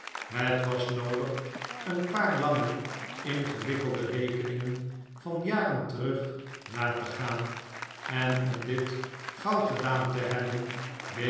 het was noodig een paar lange ingewikkelde rekeningen van jaren terug na te gaan en om dit gauw gedaan te hebben